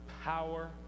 power